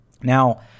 Now